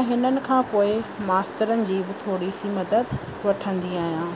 ऐं हिननि पोए मास्तरनि जी थोरी सी मदद वठंदी आहियां